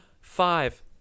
Five